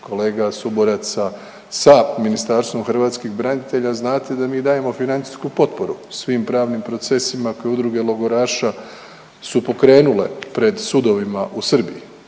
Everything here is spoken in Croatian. kolega suboraca sa Ministarstvom hrvatskih branitelja, znate da mi dajemo financijsku potporu svim pravnim procesima koje udruge logoraša su pokrenule pred sudovima u Srbiji,